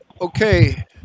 Okay